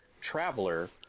traveler